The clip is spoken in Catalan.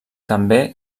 també